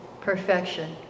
perfection